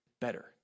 better